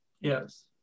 yes